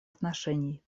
отношений